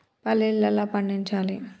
పల్లీలు ఎలా పండించాలి?